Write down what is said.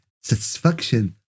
satisfaction